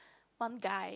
one guy